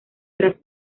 tras